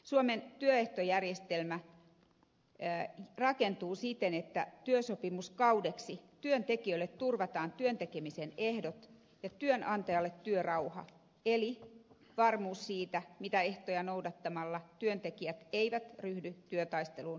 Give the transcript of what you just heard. suomen työehtojärjestelmä rakentuu siten että työsopimuskaudeksi työntekijöille turvataan työn tekemisen ehdot ja työnantajalle työrauha eli varmuus siitä mitä ehtoja noudattamalla työntekijät eivät ryhdy työtaisteluun sopimuskauden aikana